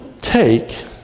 take